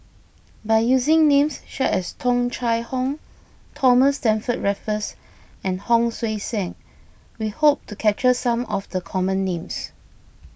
by using names such as Tung Chye Hong Thomas Stamford Raffles and Hon Sui Sen we hope to capture some of the common names